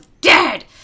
dead